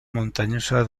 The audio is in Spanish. montañosa